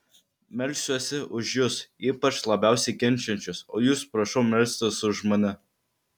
melsiuosi už jus ypač labiausiai kenčiančius o jūs prašau melstis už mane